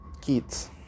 kids